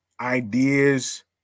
ideas